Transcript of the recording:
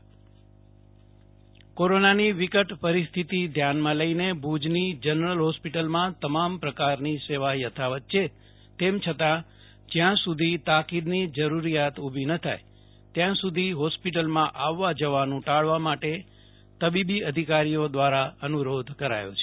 Jaydip Vaishnav general hospital કોરોનાની વિકટ પરિસ્થિતિ ધ્યાનમાં લઈને ભુજની જનરલ હોસ્પિટલમાં તમામ પ્રકારની સેવા યથાવત છે તેમ છતાં જયાં સુધી તાકીદની જરૂરીયાત ઉભી ન થાય ત્યાં સુધી હોસ્પિટલમાં આવવા જવાનું ટાળવા માટે તબીબી અધિકારીઓ દ્રારા અનુ રોધ કરાયો છે